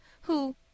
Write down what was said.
who